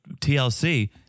TLC